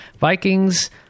Vikings